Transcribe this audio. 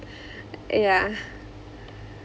yeah